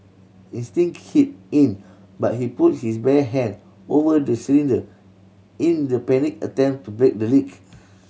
instinct kicked in but he put his bare hand over the cylinder in the panicked attempt to break the leak